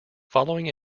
following